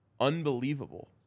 unbelievable